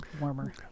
warmer